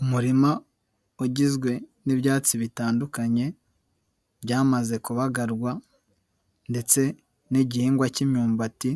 Umurima ugizwe n'ibyatsi bitandukanye byamaze kubagarwa ndetse n'igihingwa k'imyumbati,